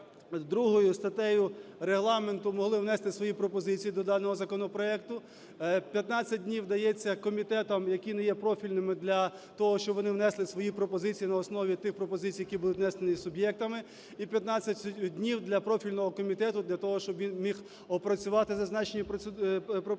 142 статтею Регламенту, могли внести свої пропозиції до даного законопроекту. П'ятнадцять днів дається комітетам, які не є профільними, для того, щоб вони внесли свої пропозиції на основі тих пропозицій, які будуть внесені суб'єктами. І 15 днів для профільного комітету для того, щоб він міг опрацювати зазначені пропозиції